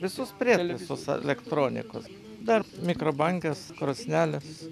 visus prietaisus elektronikos dar mikrobangės krosnelės